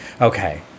Okay